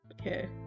Okay